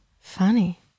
Funny